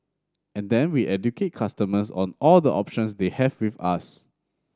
and then we educate customers on all the options they have with us